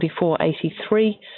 44.83